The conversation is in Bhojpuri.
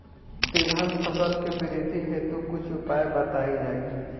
तिलहन फसल के वृद्धी हेतु कुछ उपाय बताई जाई?